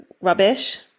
rubbish